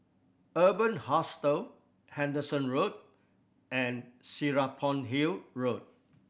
Urban Hostel Henderson Road and Serapong Hill Road